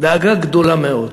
דאגה גדולה מאוד.